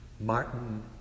Martin